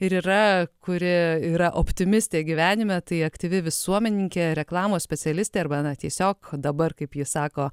ir yra kuri yra optimistė gyvenime tai aktyvi visuomenininkė reklamos specialistė arba na tiesiog dabar kaip ji sako